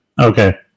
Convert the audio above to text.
Okay